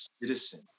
citizen